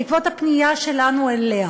בעקבות הפנייה שלנו אליה,